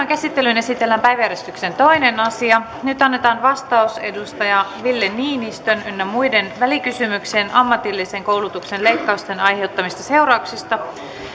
käsittelyyn esitellään päiväjärjestyksen toinen asia nyt annetaan vastaus ville niinistön ynnä muuta välikysymykseen ammatillisen koulutuksen leikkausten aiheuttamista seurauksista